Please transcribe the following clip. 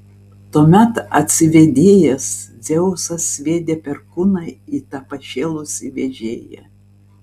tuomet atsivėdėjęs dzeusas sviedė perkūną į tą pašėlusį vežėją